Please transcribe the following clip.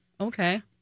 okay